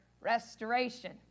restoration